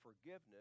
forgiveness